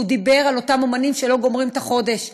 שדיבר על אותם אמנים שלא גומרים את החודש,